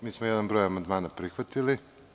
Mi smo jedan broj amandmana prihvatili.